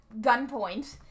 gunpoint